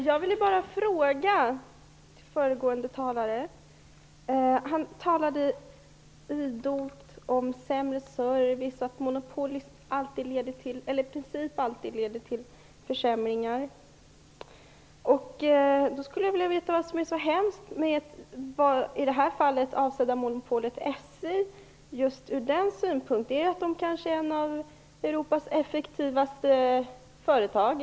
Fru talman! Föregående talare talde idogt om sämre service och om att monopol precis alltid leder till försämringar. Jag skulle vilja veta vad som är så hemskt med det i det här fallet avsedda monopolföretaget SJ just ur den synpunkten. Det är ett av Europas kanske effektivaste företag.